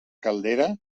caldera